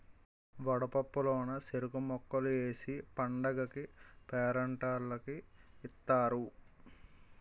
వడపప్పు లోన సెరుకు ముక్కలు ఏసి పండగకీ పేరంటాల్లకి ఇత్తారు